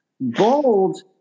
Bold